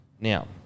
now